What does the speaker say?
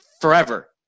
forever